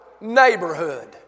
neighborhood